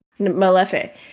Malefe